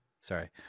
sorry